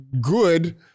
good